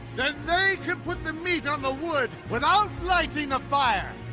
then they can put the meat on the wood without lighting a fire.